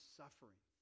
suffering